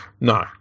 No